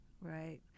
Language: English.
Right